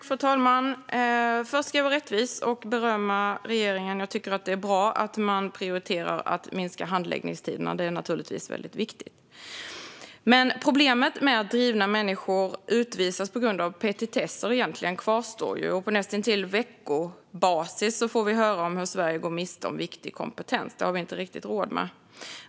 Fru talman! Först ska jag vara rättvis och berömma regeringen: Jag tycker att det är bra att man prioriterar att minska handläggningstiderna. Det är naturligtvis väldigt viktigt. Problemet med att drivna människor utvisas på grund av vad som egentligen är petitesser kvarstår dock. Nästintill på veckobasis får vi höra om hur Sverige går miste om viktig kompetens. Det har vi inte riktigt råd med.